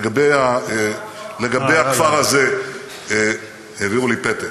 לגבי הכפר הזה, העבירו לי פתק,